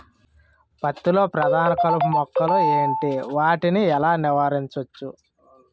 పత్తి లో ప్రధాన కలుపు మొక్కలు ఎంటి? వాటిని ఎలా నీవారించచ్చు?